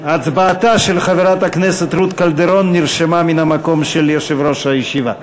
שהצבעתה של חברת הכנסת רות קלדרון נרשמה מן המקום של יושב-ראש הישיבה.